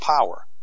power